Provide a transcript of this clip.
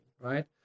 right